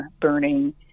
burning